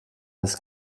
als